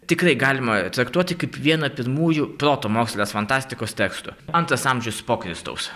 tikrai galima traktuoti kaip vieną pirmųjų protomokslinės fantastikos tekstų antras amžius po kristaus